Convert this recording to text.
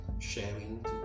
sharing